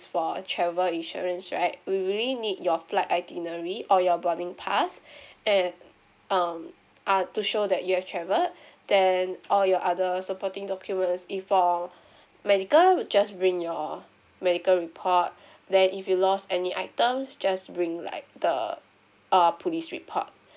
for travel insurance right we really need your flight itinerary or your boarding pass and um err to show that you are traveled then all your other supporting document if for medical you would just bring your medical report then if you lost any items just bring like the err police report